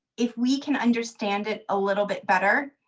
if we can understand it a little bit better,